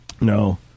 No